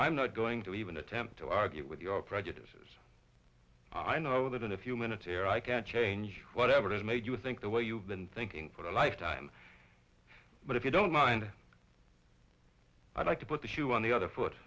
i'm not going to even attempt to argue with your prejudices i know that in a few minutes here i can change whatever that made you think the way you've been thinking for the life but if you don't mind i'd like to put the shoe on the other foot